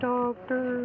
Doctor